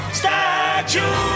statue